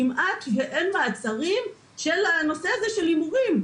כמעט ואין מעצרים בנושא של הימורים.